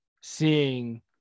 seeing